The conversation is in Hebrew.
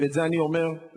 ואת זה אני אומר לכולנו.